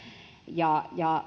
ja ja